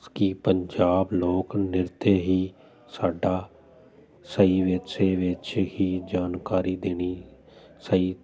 ਕਿ ਪੰਜਾਬ ਲੋਕ ਨ੍ਰਿਤ ਹੀ ਸਾਡਾ ਸਹੀ ਵਿਰਸੇ ਵਿੱਚ ਹੀ ਜਾਣਕਾਰੀ ਦੇਣੀ ਸਹੀ